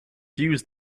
views